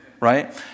right